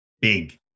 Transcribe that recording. big